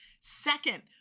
Second